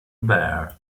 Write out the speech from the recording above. bar